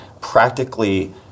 practically